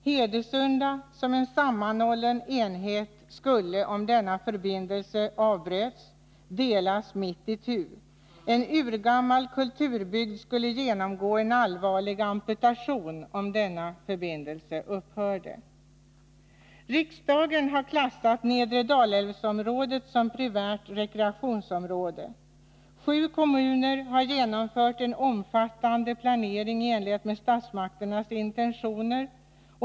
Hedesunda som en sammanhållen enhet skulle, om denna förbindelse avbröts, delas mitt itu. En urgammal kulturbygd skulle genomgå en allvarlig amputation om denna förbindelse upphörde. Riksdagen har klassat nedre Dalälvsområdet som primärt rekreationsområde. Sju kommuner har genomfört en omfattande planering i enlighet med statsmakternas intentioner.